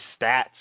stats